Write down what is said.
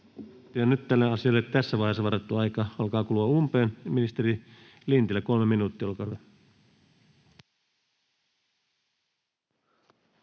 nyt tälle asialle tässä vaiheessa varattu aika alkaa kulua umpeen. — Ministeri Lintilä, 3 minuuttia,